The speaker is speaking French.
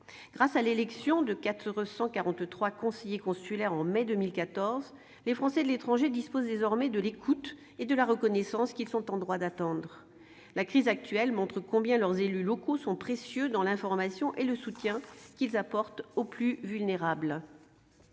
Grâce à l'élection de 443 conseillers consulaires au mois de mai 2014, les Français de l'étranger disposent désormais de l'écoute et de la reconnaissance qu'ils sont en droit d'attendre. La crise actuelle montre combien leurs élus locaux sont précieux dans l'information et le soutien qu'ils apportent aux plus vulnérables.